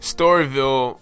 Storyville